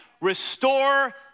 restore